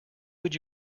would